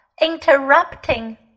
interrupting